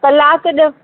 कलाकु ॾियो